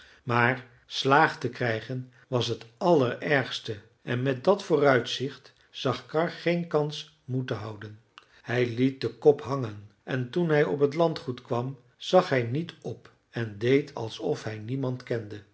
maar slaag te krijgen was het allerergste en met dat vooruitzicht zag karr geen kans moed te houden hij liet den kop hangen en toen hij op het landgoed kwam zag hij niet op en deed alsof hij niemand kende